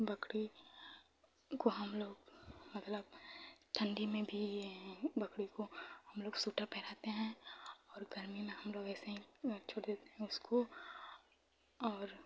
बकरी को हमलोग मतलब ठण्डी में भी बकरी को हमलोग सूटर पहिराते हैं और गर्मी में हमलोग ऐसे ही छोड़ देते हैं उसको और